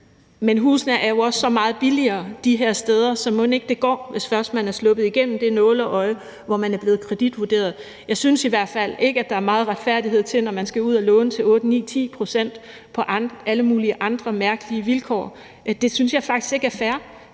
men husene er jo også så meget billigere de her steder, så mon ikke det går, hvis først man er sluppet igennem det nåleøje, hvor man er blevet kreditvurderet. Jeg synes i hvert fald ikke, at der er meget retfærdighed til, når man skal ud og låne til 8, 9, 10 pct. på alle mulige andre mærkelige vilkår – det synes jeg faktisk ikke er fair.